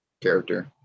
character